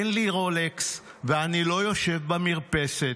אין לי רולקס ואני לא יושב במרפסת.